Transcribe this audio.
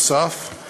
נוסף על כך,